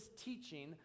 teaching